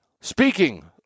speaking